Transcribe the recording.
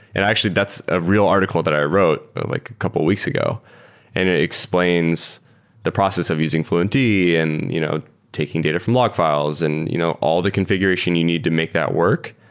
and actually, that's a real article that i wrote like a couple of weeks ago and it explains the process of using fluentd and you know taking data from log files. and you know all the configuration you need to make that work,